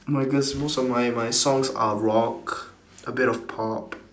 my guess most of my my songs are rock a bit of pop